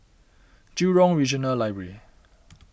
Jurong Regional Library